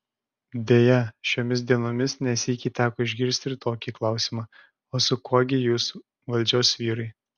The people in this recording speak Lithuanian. deja šiomis dienomis ne sykį teko išgirsti ir tokį klausimą o su kuo gi jūs valdžios vyrai